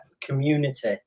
community